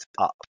up